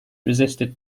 resisted